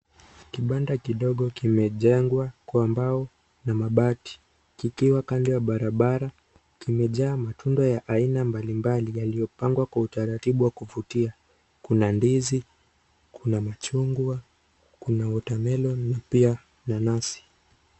Kibanda kidogo kimejengwa kwa mbao na mabati. Likiwa kando ya barabara kimejaa matunda aina mbalimbali, yaliyopangwa kwa utaratibu wa kuvutia. Kuna ndizi ,kuna machungwa, kuna water melon na pia kuna nanasi.